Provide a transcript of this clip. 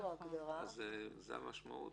זאת המשמעות?